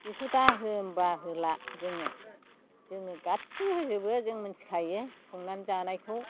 बेखौ दाहो होमबा होला जोङो जोङो गासिबो होजोबो जों मोनथिखायो संनानै जानायखौ